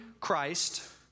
Christ